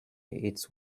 its